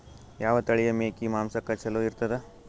ಯಾವ ತಳಿಯ ಮೇಕಿ ಮಾಂಸಕ್ಕ ಚಲೋ ಇರ್ತದ?